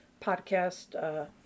podcast